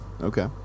Okay